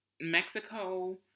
Mexico